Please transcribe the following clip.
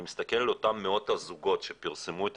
אני מסתכל על אותם מאות זוגות שפרסמו את